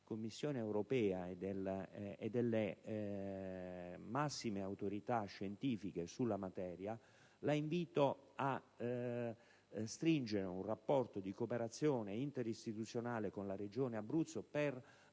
Commissione europea e delle massime autorità scientifiche in materia, a stringere un rapporto di cooperazione interistituzionale con la Regione Abruzzo al